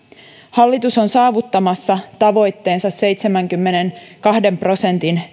hallitus on saavuttamassa tavoitteensa seitsemänkymmenenkahden prosentin